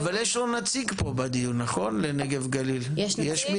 אבל יש לו נציג פה לנגב גליל, יש מישהו?